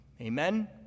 Amen